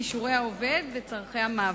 כישורי העובד וצורכי המעביד.